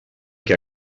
què